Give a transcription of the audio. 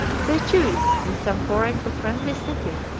they chose, in some foreign but friendly city,